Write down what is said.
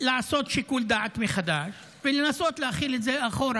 לעשות שיקול דעת מחדש ולנסות להחיל את זה גם אחורה.